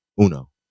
Uno